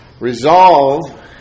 resolve